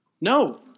No